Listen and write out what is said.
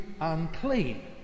unclean